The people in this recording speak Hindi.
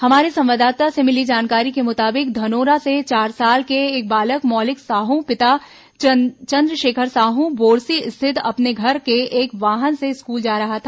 हमारे संवाददाता से मिली जानकारी ेके मुताबिक धनोरा से चार साल का बालक मौलिक साहू पिता चंद्रशेखर साहू बोरसी स्थित अपने घर से एक वाहन से स्कूल जा रहा था